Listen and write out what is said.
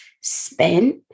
spent